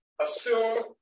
assume